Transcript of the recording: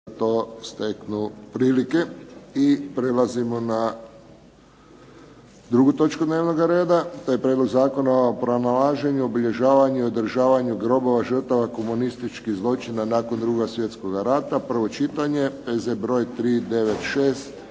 Josip (HSS)** I prelazimo na drugu točku dnevnoga reda. To je - Prijedlog zakona o pronalaženju, obilježavanju i održavanju grobova žrtava komunističkih zločina nakon Drugog svjetskog rata, prvo čitanje, P.Z. br. 396.